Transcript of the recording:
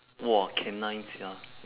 !wah! canine sia